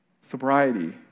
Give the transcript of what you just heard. sobriety